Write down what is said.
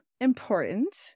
important